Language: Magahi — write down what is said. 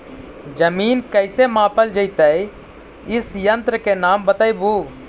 जमीन कैसे मापल जयतय इस यन्त्र के नाम बतयबु?